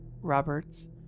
Roberts